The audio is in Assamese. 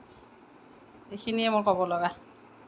এইখিনিয়েই মোৰ ক'বলগা